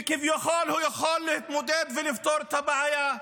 וכביכול הוא יכול להתמודד ולפתור את הבעיה.